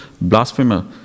blasphemer